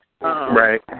Right